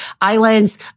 islands